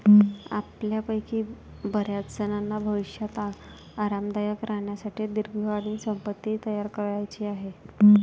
आपल्यापैकी बर्याचजणांना भविष्यात आरामदायक राहण्यासाठी दीर्घकालीन संपत्ती तयार करायची आहे